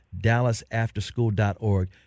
DallasAfterSchool.org